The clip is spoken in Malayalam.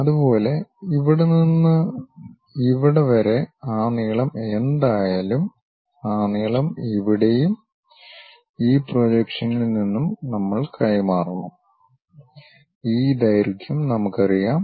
അതുപോലെ ഇവിടെ നിന്ന് ഇവിടെ വരെ ആ നീളം എന്തായാലും ആ നീളം ഇവിടെയും ഈ പ്രൊജക്ഷനിൽ നിന്നും നമ്മൾ കൈമാറണം ഈ ദൈർഘ്യം നമുക്കറിയാം